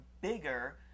bigger